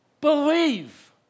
Believe